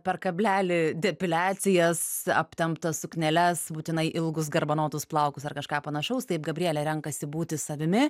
per kablelį depiliacijas aptemptas sukneles būtinai ilgus garbanotus plaukus ar kažką panašaus taip gabrielė renkasi būti savimi